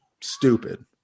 stupid